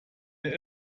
der